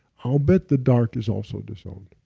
ah bet the dark is also disowned.